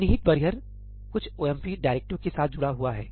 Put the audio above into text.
निहित बैरियर कुछ OMP directive के साथ जुड़ा हुआ है